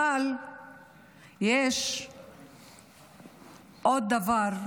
אבל יש עוד דבר בסיסי,